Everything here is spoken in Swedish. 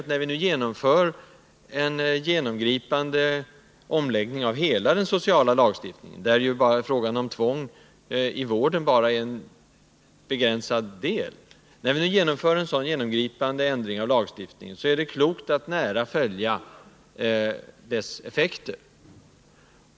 När vi nu genomför en genomgripande omläggning av hela den sociala lagstiftningen, där ju frågan om tvång i vården bara utgör en begränsad del, är det klokt att nära följa dess effekter.